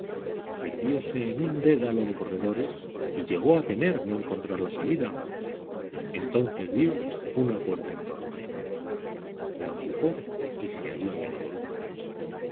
pisadas perdióse en un dédalo de corredores y llegó a temer no encontrar salida entonces vio una puerta entornada la empujó y se halló en el coro